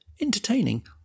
entertaining